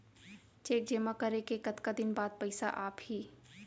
Cheque जेमा करे के कतका दिन बाद पइसा आप ही?